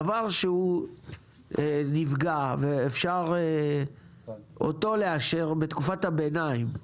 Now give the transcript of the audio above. דבר שהוא נפגע ואפשר אותו לאשר בתקופת הביניים.